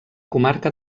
comarca